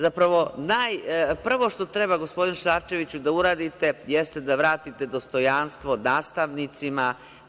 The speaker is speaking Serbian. Zapravo, prvo što treba, gospodine Šarčeviću, da uradite jeste da vratite dostojanstvo nastavnicima.